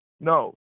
No